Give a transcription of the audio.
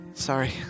sorry